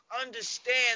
understand